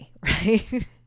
right